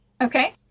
okay